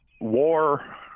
War